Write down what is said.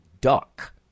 duck